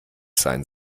sein